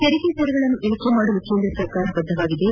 ತೆರಿಗೆ ದರಗಳನ್ನು ಇಳಿಕೆ ಮಾಡಲು ಕೇಂದ್ರ ಸರ್ಕಾರ ಬದ್ದವಾಗಿದ್ದು